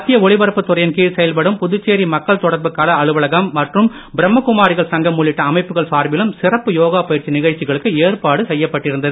மத்திய ஒலிபரப்புத் துறையின் கீழ் செயல்படும் புதுச்சேரி மக்கள் தொடர்புக் கள அலுவலகம் மற்றும் பிரம்மகுமாரிகள் சங்கம் உள்ளிட்ட அமைப்புகள் சார்பிலும் சிறப்பு யோகா பயிற்சி நிகழ்ச்சிகளுக்கு ஏற்பாடு செய்யப்பட்டிருந்தது